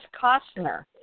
Costner